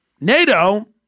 NATO